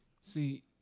See